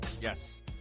Yes